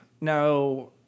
now